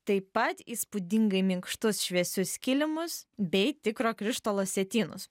taip pat įspūdingai minkštus šviesius kilimus bei tikro krištolo sietynus